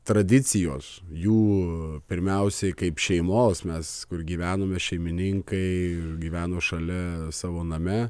tradicijos jų pirmiausiai kaip šeimos mes kur gyvenome šeimininkai gyveno šalia savo name